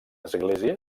església